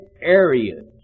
areas